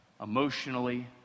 emotionally